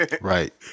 right